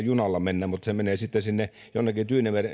junalla mennä mutta se menee sitten sinne jonnekin